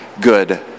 good